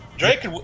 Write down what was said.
Drake